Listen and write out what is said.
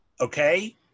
okay